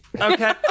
Okay